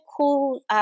cool